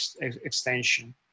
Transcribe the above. extension